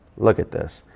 look at this.